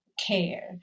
care